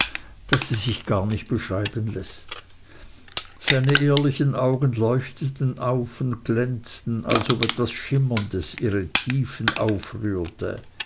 daß es sich gar nicht beschreiben läßt seine ehrlichen augen leuchteten auf und glänzten als ob etwas schimmerndes ihre tiefen aufrührte